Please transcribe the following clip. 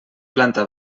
planta